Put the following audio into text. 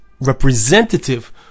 representative